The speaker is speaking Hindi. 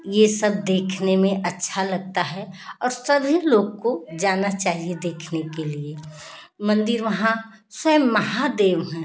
ये सब देखने में अच्छा लगता है और सभी लोग को जाना चाहिए देखने के लिये मंदिर वहाँ सैम महादेव हैं